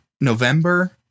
November